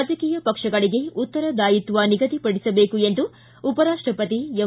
ರಾಜಕೀಯ ಪಕ್ಷಗಳಗೆ ಉತ್ತರದಾಯಿತ್ನ ನಿಗದಿಪಡಿಸಬೇಕು ಎಂದು ಉಪರಾಷ್ಟಪತಿ ಎಂ